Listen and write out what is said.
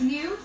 New